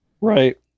Right